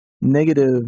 negative